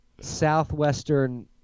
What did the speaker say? Southwestern